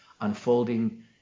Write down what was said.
unfolding